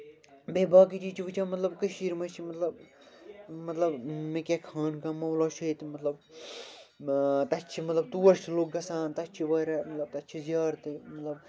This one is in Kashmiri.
بیٚیہِ باقٕے چیٖز چھِ وٕچھان مطلب کٔشیٖرِ منز چھِ مطلب مطلب مےٚ کیٛاہ خانقاہ معلیٰ چھُ ییٚتہِ مطلب تَتہِ چھِ مطلب تور چھِ لُکھ گژھان تَتہِ چھِ واریاہ مطلب تَتہِ چھِ یار تہِ مطلب